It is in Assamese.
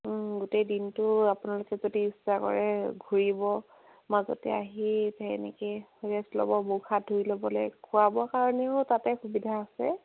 গোটেই দিনটো আপোনালোকে যদি ইচ্ছা কৰে ঘূৰিব মাজতে আহি এনেকৈ ৰেষ্ট ল'ব মুখ হাত ধুই ল'বলৈ খোৱাবৰ কাৰণেও তাতে সুবিধা আছে